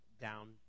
down